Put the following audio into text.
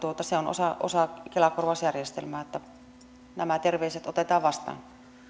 se on osa osa kela korvausjärjestelmää nämä terveiset otetaan vastaan keskustelu